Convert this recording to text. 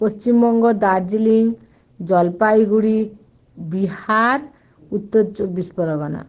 Paschimbanga Darjeeling Jalpaiguri Bihar Uttar Chabbish Pargana